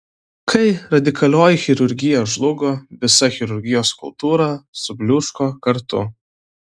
kai radikalioji chirurgija žlugo visa chirurgijos kultūra subliūško kartu